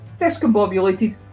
discombobulated